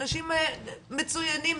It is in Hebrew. אנשים מצוינים,